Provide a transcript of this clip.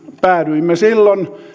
päädyimme silloin